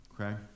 Okay